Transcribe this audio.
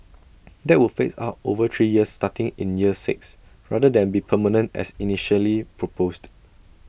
that would phase out over three years starting in year six rather than be permanent as initially proposed